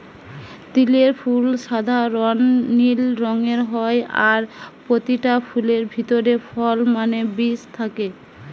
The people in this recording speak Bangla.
তিলের ফুল সাধারণ নীল রঙের হয় আর পোতিটা ফুলের ভিতরে ফল মানে বীজ থাকে